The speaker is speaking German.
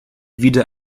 wieder